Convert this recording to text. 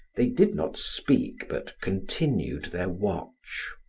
they did not speak but continued their watch.